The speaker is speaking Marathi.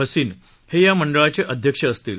भसीन हे मंडळाचे अध्यक्ष असतील